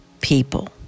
people